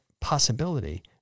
possibility